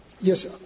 Yes